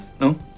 No